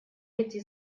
эти